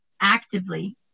actively